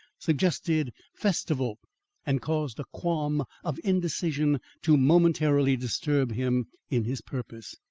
suggested festival and caused a qualm of indecision to momentarily disturb him in his purpose.